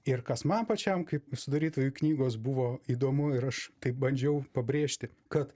ir kas man pačiam kaip sudarytojui knygos buvo įdomu ir aš taip bandžiau pabrėžti kad